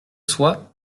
soit